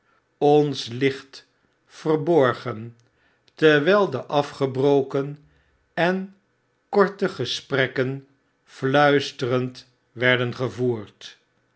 ons licht verborgen terwijl de afgebroken en korte gesprekken fluisterend werden gevoerd